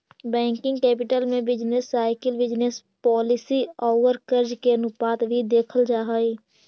working capital में business cycle business policy औउर कर्ज के अनुपात भी देखल जा हई